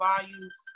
values